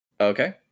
Okay